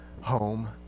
home